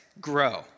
grow